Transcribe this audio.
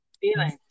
feeling